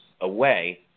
away